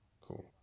cool